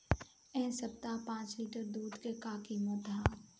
एह सप्ताह पाँच लीटर दुध के का किमत ह?